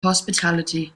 hospitality